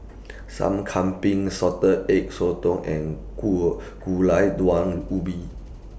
Sup Kambing Salted Egg Sotong and Gu Gulai Daun Ubi